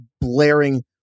blaring